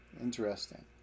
interesting